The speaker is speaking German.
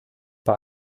bei